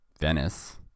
Venice